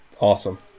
awesome